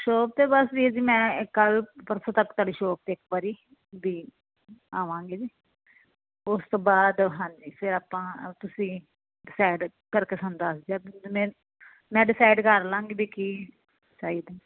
okay ਬਸ ਵੀਰ ਜੀ ਮੈਂ ਕੱਲ ਪਰਸੋਂ ਤੱਕ ਸਾਡੀ ਸ਼ੋਪ ਤੇ ਇੱਕ ਵਾਰੀ ਆਵਾਂਗੇ ਜੀ ਉਸ ਤੋਂ ਬਾਅਦ ਹਾਂਜੀ ਫਿਰ ਆਪਾਂ ਤੁਸੀਂ ਕਰਕੇ ਸਾਨੂੰ ਦੱਸਦੇ ਆ ਮੈਂ ਡਿਸਾਈਡ ਕਰ ਲਾਂਗੀ ਵੀ ਕੀ ਚਾਹੀਦਾ